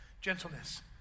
gentleness